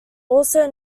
also